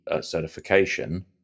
certification